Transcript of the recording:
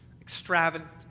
extravagant